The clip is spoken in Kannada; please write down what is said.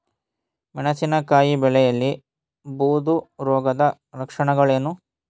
ಮೆಣಸಿನಕಾಯಿ ಬೆಳೆಯಲ್ಲಿ ಬೂದು ರೋಗದ ಲಕ್ಷಣಗಳೇನು?